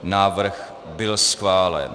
Návrh byl schválen.